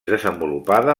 desenvolupada